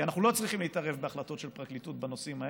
כי אנחנו לא צריכים להתערב בהחלטות של פרקליטות בנושאים האלה,